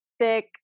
thick